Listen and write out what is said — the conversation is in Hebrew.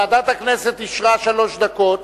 ועדת הכנסת אישרה שלוש דקות,